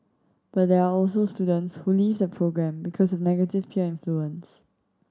but there are also students who leave the programme because of negative peer influence